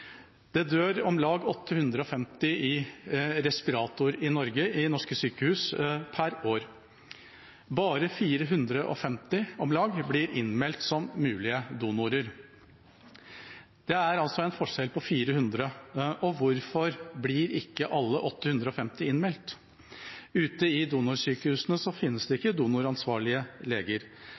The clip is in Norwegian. Det dør om lag 850 personer i respirator på norske sykehus per år. Bare om lag 450 blir innmeldt som mulige donorer. Det er altså en forskjell på 400, og hvorfor blir ikke alle 850 innmeldt? Ute på donorsykehusene finnes det ikke donoransvarlige leger